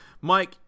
Mike